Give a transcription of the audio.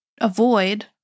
avoid